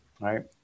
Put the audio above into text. right